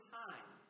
time